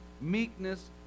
meekness